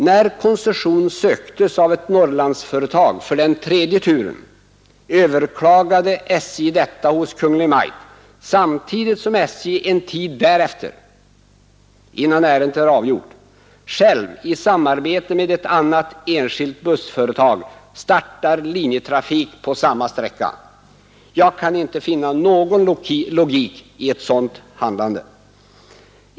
När koncession söktes av ett Norrlandsföretag för den tredje turen överklagade SJ detta hos Kungl. Maj:t, men en tid därefter, innan ärendet var avgjort, startade SJ själv i samarbete med ett enskilt bussföretag linjetrafik på samma sträcka. Jag kan inte finna någon logik i ett sådant handlande.